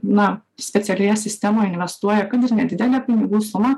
na specialioje sistemoj investuoja kad ir nedidelę pinigų sumą